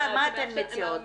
מה אתן מציעות?